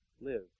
live